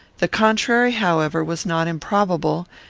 the contrary, however, was not improbable,